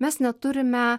mes neturime